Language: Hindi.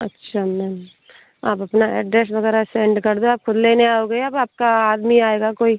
अच्छा मैम आप अपना एड्रेस वगैरह सेंड कर दो आप खुद लेने आओगे या अब आपका आदमी आएगा कोई